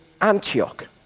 Antioch